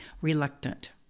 reluctant